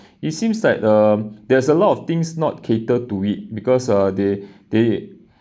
it seems like um there's a lot of things not cater to it because uh they they